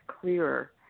clearer